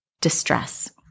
distress